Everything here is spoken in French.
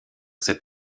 cette